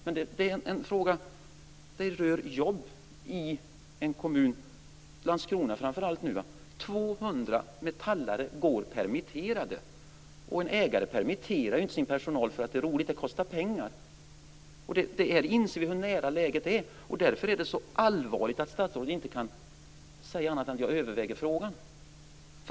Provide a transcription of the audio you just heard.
Detta är en fråga som rör jobb, framför allt i Landskrona nu. 200 metallare går permitterade. En ägare permitterar ju inte sin personal för att det är roligt. Det kostar pengar. Vi inser hur allvarligt läget är. Därför är det så allvarligt att statsrådet inte kan säga annat än att hon överväger frågan.